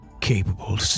capable